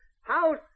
house